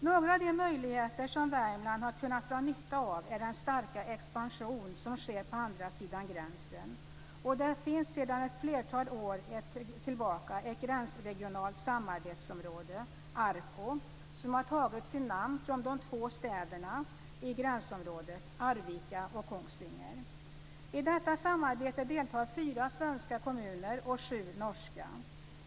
Några av de möjligheter som Värmland har kunnat dra nytta av är den starka expansion som sker på andra sidan gränsen, och det finns sedan ett flertal år ett gränsregionalt samarbetsområde, ARKO, som har tagit sitt namn från de två städerna i gränsområdet - Arvika och Kongsvinger. I detta samarbete deltar fyra svenska kommuner och sju norska.